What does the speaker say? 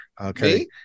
Okay